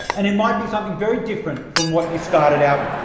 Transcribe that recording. and it might be something very different from what you started out